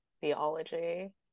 theology